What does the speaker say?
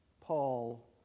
Paul